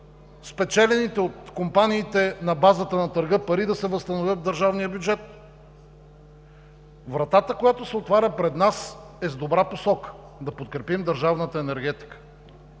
спечелените от компаниите на базата на търга пари да се възстановят в държавния бюджет? Вратата, която се отваря пред нас, е в добра посока – да подкрепим държавната енергетика,